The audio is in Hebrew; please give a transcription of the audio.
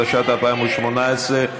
התשע"ט 2018,